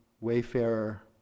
wayfarer